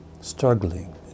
struggling